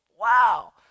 Wow